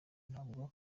ntabwo